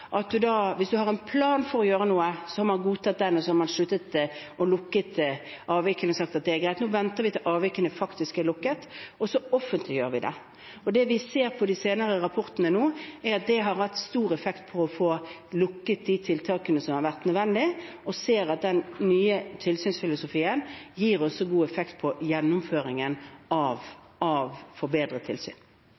en plan for å gjøre noe, godta den, lukke avvikene og si at det er greit, venter vi nå til avvikene faktisk er lukket, og så offentliggjør vi det. Nå ser vi på de senere rapportene at det har hatt stor effekt for å få lukket de tiltakene som har vært nødvendig, og vi ser at den nye tilsynsfilosofien også gir god effekt på gjennomføringen av